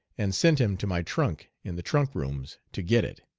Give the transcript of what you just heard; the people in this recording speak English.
and sent him to my trunk in the trunk rooms to get it.